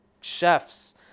chefs